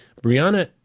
Brianna